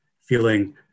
feeling